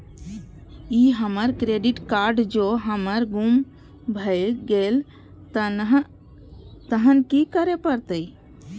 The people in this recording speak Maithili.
ई हमर क्रेडिट कार्ड जौं हमर गुम भ गेल तहन की करे परतै?